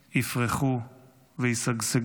יפרחו וישגשגו,